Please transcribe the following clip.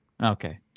Okay